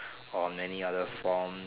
or many other form